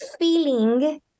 feeling